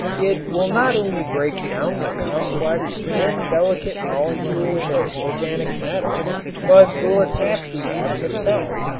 it will not only break down the complex and delicate molecules of organic matter but will attack the atom itself,